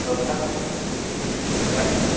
औ जागोन दे औ दे होनबालाय